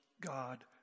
God